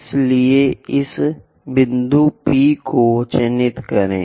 इसलिए इस बिंदु P को चिह्नित करें